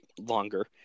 longer